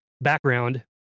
background